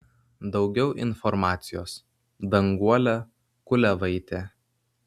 daugiau informacijos danguolė kuliavaitė